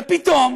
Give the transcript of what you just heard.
ופתאום